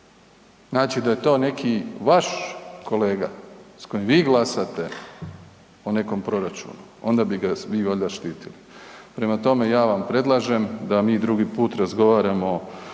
Znači da je to neki vaš kolega s kojim vi glasate o nekom proračunu onda bi ga vi valjda štitili. Prema tome, ja vam predlažem da mi drugi put razgovaramo